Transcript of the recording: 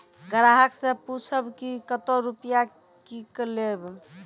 ग्राहक से पूछब की कतो रुपिया किकलेब?